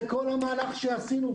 ואז כל המהלך שעשינו,